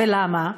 למה?